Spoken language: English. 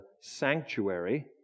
sanctuary